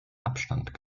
abstand